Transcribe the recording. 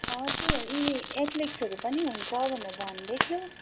हजुर यिनी एथ्लेट्सहरू पनि हुन्छ भनेर भन्दै थियो